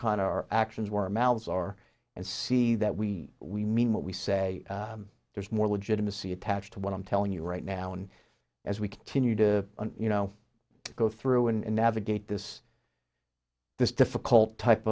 on our actions where amounts are and see that we we mean what we say there's more legitimacy attached to what i'm telling you right now and as we continue to you know go through and navigate this this difficult type